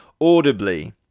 audibly